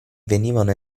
venivano